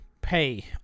pay